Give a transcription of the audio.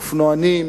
אופנועים,